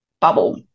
bubble